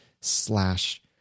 slash